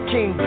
King